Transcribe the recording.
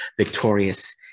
victorious